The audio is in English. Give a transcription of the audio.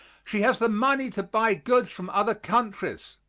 she has the money to buy goods from other countries,